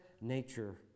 nature